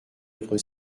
autre